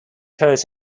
course